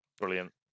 brilliant